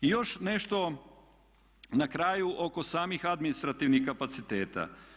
I još nešto na kraju oko samih administrativnih kapaciteta.